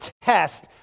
test